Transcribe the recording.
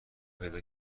پیدا